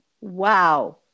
Wow